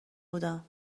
بودم